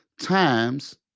times